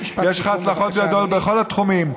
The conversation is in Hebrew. ויש לך הצלחות גדולות בכל התחומים.